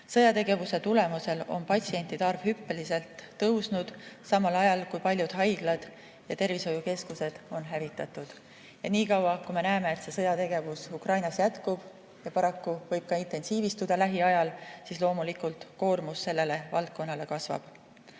Sõjategevuse tulemusel on patsientide arv hüppeliselt kasvanud, samal ajal kui paljud haiglad ja tervishoiukeskused on hävitatud. Ja niikaua, kui me näeme, et sõjategevus Ukrainas jätkub ja paraku võib ka intensiivistuda lähiajal, loomulikult koormus selles valdkonnas kasvab.